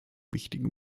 wichtigen